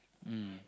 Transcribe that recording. mm